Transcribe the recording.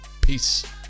Peace